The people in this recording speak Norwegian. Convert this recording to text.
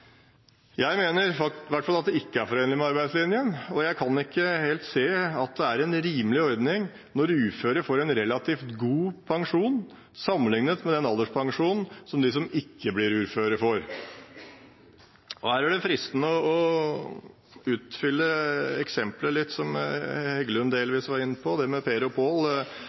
Jeg mener i hvert fall at det ikke er forenlig med arbeidslinjen, og jeg kan ikke helt se at det er en rimelig ordning, når uføre får en relativt god pensjon sammenlignet med den alderspensjonen som de som ikke blir uføre, får. Her er det fristende å utfylle eksemplet litt, som representanten Heggelund delvis var inne på: det med Per og Pål.